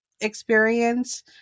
experience